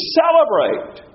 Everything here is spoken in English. celebrate